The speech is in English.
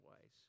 ways